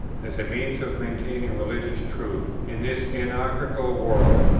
as a means of maintaining religious truth in this anarchical world,